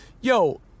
yo